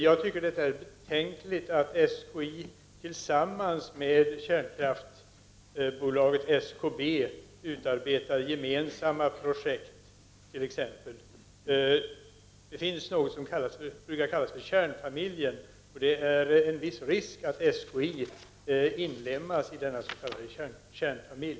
Det är enligt min mening betänkligt att SKI t.ex. tillsammans med kärnkraftsbolaget SKB utarbetar gemensamma projekt. Det finns något som brukar kallas för ”kärnfamiljen”. Det finns en viss risk att SKI inlemmas i denna s.k. kärnfamilj.